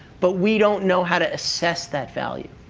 but we don't know how to assess that value.